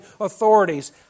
authorities